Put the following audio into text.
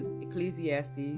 Ecclesiastes